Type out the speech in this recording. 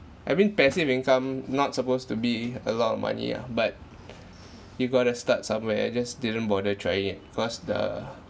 having passive income not supposed to be a lot of money ah but you got to start somewhere just didn't bother trying it cause the